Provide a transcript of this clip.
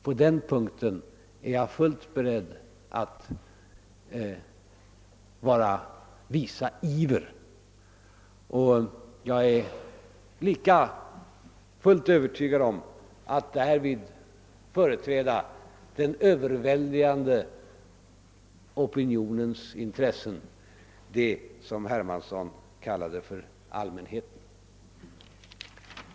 På den punkten är jag fullt beredd att visa iver, och jag är övertygad om att jag därvid företräder den övervägande opinionens intressen, dvs. dem som herr Hermansson kallade »allmänheten».